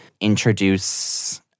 introduce